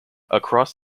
across